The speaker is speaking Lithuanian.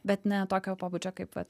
bet ne tokio pobūdžio kaip vat